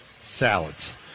salads